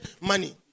money